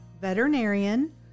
veterinarian